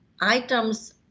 items